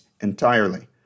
entirely